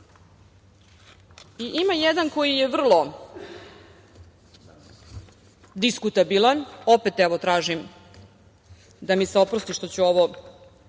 jedan koji je vrlo diskutabilan, opet, evo, tražim da mi se oprosti što ću ovo